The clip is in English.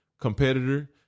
competitor